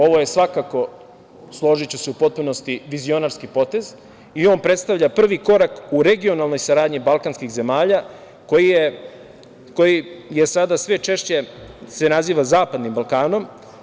Ovo je svakako, složiću se u potpunosti, vizionarski potez i on predstavlja prvi korak u regionalnoj saradnji balkanskih zemalja koji se sada sve češće naziva zapadnim Balkanom.